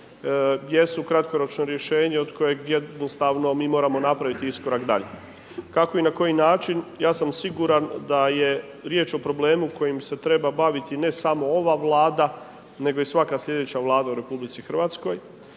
jesu kratkoročno rješenje od kojeg jednostavno mi moramo napraviti iskorak dalje. Kako i na koji način, ja sam siguran da je riječ o problemu kojim se treba baviti ne samo ova Vlada nego i svaka sljedeća Vlada u RH.